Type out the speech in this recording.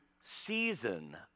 season